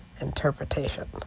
interpretation